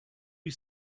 you